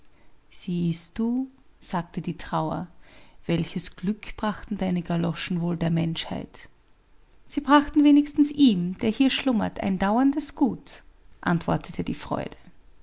siehst du sagte die trauer welches glück brachten deine galoschen wohl der menschheit sie brachten wenigstens ihm der hier schlummert ein dauerndes gut antwortete die freude